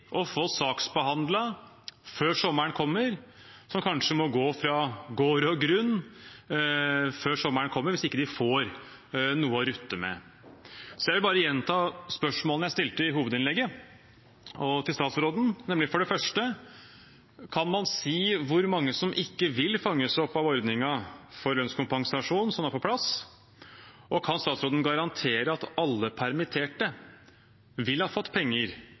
å få saksbehandlet før sommeren kommer, og som kanskje må gå fra gård og grunn før sommeren kommer hvis de ikke får noe å rutte med. Jeg vil bare gjenta spørsmålene jeg stilte til statsråden i hovedinnlegget, nemlig: Kan man si hvor mange som ikke vil fanges opp av ordningen for lønnskompensasjon som er på plass? Og kan statsråden garantere at alle permitterte vil ha fått penger